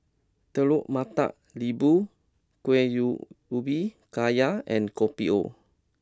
Telur Mata Lembu Kueh Ubi Kayu and Kopi O